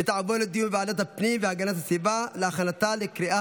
לוועדת הפנים והגנת הסביבה נתקבלה.